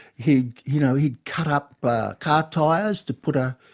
he'd, you know, he'd cut up but car tyres to put a,